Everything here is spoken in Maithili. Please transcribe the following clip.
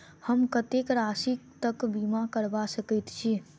हम कत्तेक राशि तकक बीमा करबा सकैत छी?